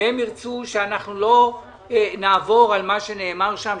והם ירצו שאנחנו לא נעבור על מה שנאמר שם,